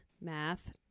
Math